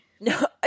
No